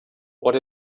what